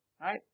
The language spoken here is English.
right